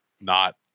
not-